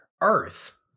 Earth